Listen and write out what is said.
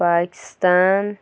Pakistan